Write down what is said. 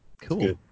Cool